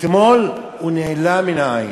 אתמול, נעלם מן העין,